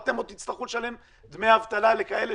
אתם עוד תצטרכו לשלם דמי אבטלה לכאלה